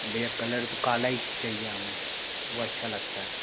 भैया कलर तो काला ही चाहिए हमें वो अच्छा लगता है